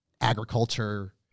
agriculture